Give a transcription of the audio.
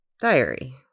diary